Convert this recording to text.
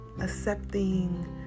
accepting